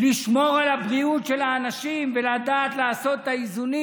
לשמור על הבריאות של האנשים ולדעת לעשות את האיזונים.